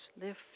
lift